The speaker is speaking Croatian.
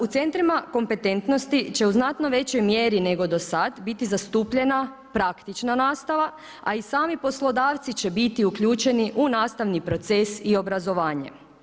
U centrima kompetentnosti, će u znatnoj većoj mjeri nego do sada, biti zastupljena praktična nastava, a i sami poslodavci će biti uključeni u nastavni proces i obrazovanje.